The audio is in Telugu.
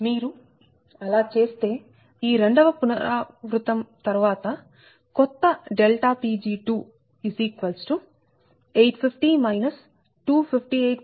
మీరు అలా చేస్తే ఈ రెండవ పునరుక్తి తర్వాత కొత్త Pg 850 258